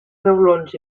reblons